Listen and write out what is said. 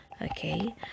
Okay